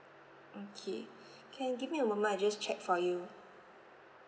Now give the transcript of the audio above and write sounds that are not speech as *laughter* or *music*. okay *breath* can you give me a moment I just check for you